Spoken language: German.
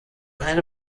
eine